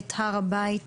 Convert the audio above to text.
את הר הבית.